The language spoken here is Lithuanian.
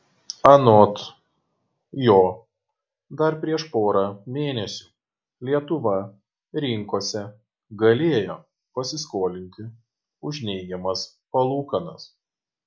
anot jo dar prieš porą mėnesių lietuva rinkose galėjo pasiskolinti už neigiamas palūkanas